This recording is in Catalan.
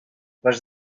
les